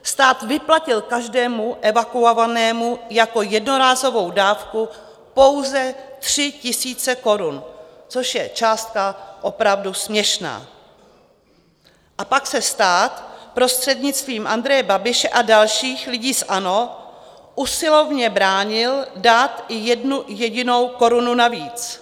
Stát vyplatil každému evakuovanému jako jednorázovou dávku pouze 3 000 korun, což je částka opravdu směšná, a pak se stát prostřednictvím Andreje Babiše a dalších lidí z ANO usilovně bránil dát i jednu jedinou korunu navíc.